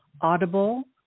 Audible